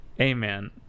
Amen